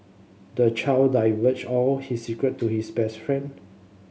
the child divulged all his secret to his best friend